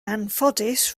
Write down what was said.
anffodus